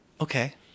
Okay